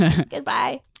goodbye